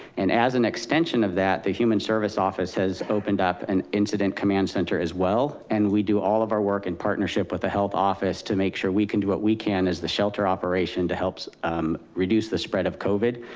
and as an extension of that, the human service office has opened up an incident command center as well. and we do all of our work in partnership with the health office to make sure we can do what we can as the shelter operation to help reduce the spread of covid.